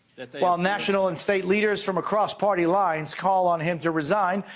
while national and state leaders from across party lines call on him to resign,